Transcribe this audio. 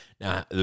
Now